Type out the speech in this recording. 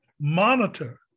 monitor